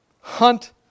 Hunt